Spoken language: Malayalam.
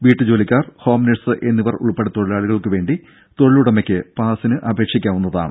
വീട്ടു ജോലിക്കാർ ഹോം നഴ്സ് എന്നിവർ ഉൾപ്പെടെ തൊഴിലാളികൾക്കുവേണ്ടി തൊഴിലുടമ യ്ക്ക് പാസ്സിന് അപേക്ഷിക്കാവുന്നതാണ്